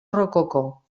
rococó